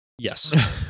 yes